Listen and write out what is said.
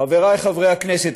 חברי חברי הכנסת,